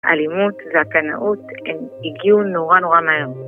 אלימות והקנאות הגיעו נורא נורא מהר